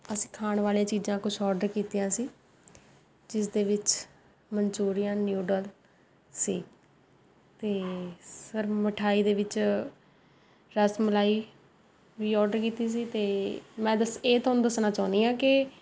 ਅਸੀਂ ਖਾਣ ਵਾਲੇ ਚੀਜ਼ਾਂ ਕੁਛ ਆਰਡਰ ਕੀਤੀਆਂ ਸੀ ਜਿਸ ਦੇ ਵਿੱਚ ਮਨਚੂਰੀਅਨ ਨਿਊਡਲ ਸੀ ਅਤੇ ਸਰ ਮਿਠਾਈ ਦੇ ਵਿੱਚ ਰਸ ਮਲਾਈ ਵੀ ਆਰਡਰ ਕੀਤੀ ਸੀ ਅਤੇ ਮੈਂ ਦਸ ਇਹ ਤੁਹਾਨੂੰ ਦੱਸਣਾ ਚਾਹੁੰਦੀ ਆ ਕੇ